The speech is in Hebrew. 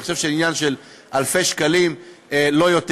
ואני חושב שזה עניין של אלפי שקלים לא יותר.